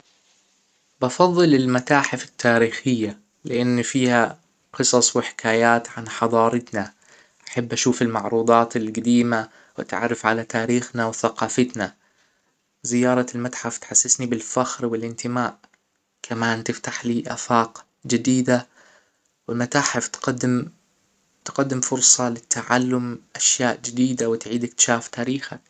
بفظل المتاحف التاريخية لأن فيها قصص وحكايات عن حضارتنا بحب أشوف المعروضات الجديمه وأتعرف على تاريخنا وثقافتنا زيارة المتحف تحسسنى بالفخر و الإنتماء كمان تفتحلى آفاق جديدة و المتاحف تقدم- تقدم فرصه للتعلم أشياء جديده وتعيد إكتشاف تاريخك